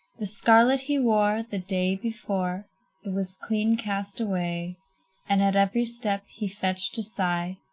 the scarlet he wore the day before it was clean cast away and at every step he fetched a sigh,